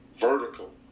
vertical